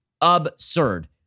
Absurd